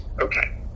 Okay